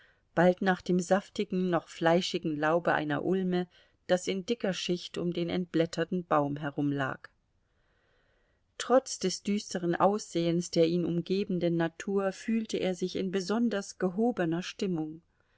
bald nach dem saftigen noch fleischigen laube einer ulme das in dicker schicht um den entblätterten baum herumlag trotz des düsteren aussehens der ihn umgebenden natur fühlte er sich in besonders gehobener stimmung